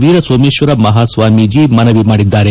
ವೀರ ಸೋಮೇಶ್ವರ ಮಹಾ ಸ್ವಾಮೀಜಿ ಮನವಿ ಮಾಡಿದ್ದಾರೆ